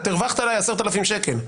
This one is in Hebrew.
את הרווחת עליי 10,000 ש"ח,